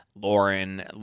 Lauren